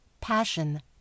passion